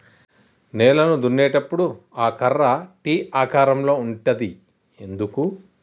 నేలను దున్నేటప్పుడు ఆ కర్ర టీ ఆకారం లో ఉంటది ఎందుకు?